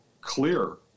clear